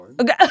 Okay